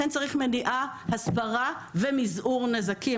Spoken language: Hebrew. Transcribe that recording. לכן צריך מניעה, הסברה ומזעור נזקים.